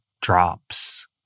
drops